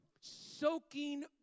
soaking